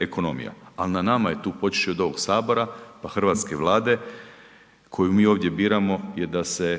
ekonomija, ali na nama je tu počevši od ovog sabora, pa Hrvatske vlade, koju mi ovdje biramo jer da se